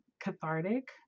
cathartic